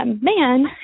man